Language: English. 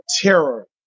terror